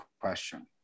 question